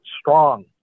strong